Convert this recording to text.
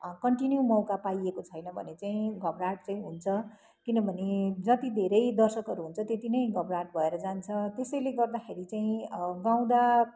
continue मौका पाइएको छैन भने चाहिँ घबराहट चाहिँ हुन्छ किनभने जति धेरै दर्शकहरू हुन्छ त्यति नै घबराहट भएर जान्छ त्यसैले गर्दाखेरि चाहिँ गाउँदा